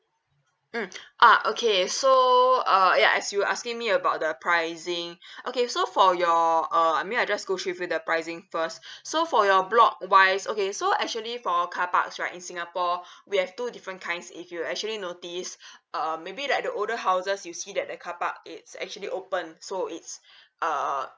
mm ah okay so uh ya as you're asking me about the pricing okay so for your uh I mean I just go through with you the pricing first so for your block wise okay so actually for car parks right in singapore we have two different kinds if you actually notice uh maybe like the older houses you see at the carpark it's actually open so it's uh